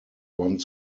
one